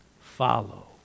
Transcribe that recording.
Follow